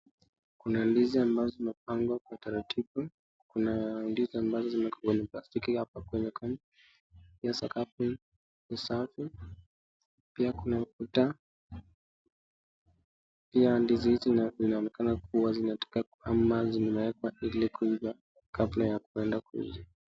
Kuna ndizi ambazo zimepangwa kwa utaratibu, kuna ndizi ambazo zimewekwa kwenye plastiki hapa kuonekana. Hio sakafu ni safi pia kuna ukuta, pia ndizi hizi zinaonekana kuwa zinataka ama zimewekwa ili kuiva kabla ya kuenda kuuza.